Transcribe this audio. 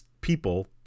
people